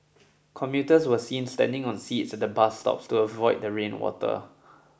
commuters were seen standing on seats at the bus stop to avoid the rain water